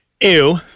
ew